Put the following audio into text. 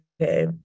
okay